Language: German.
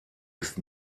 ist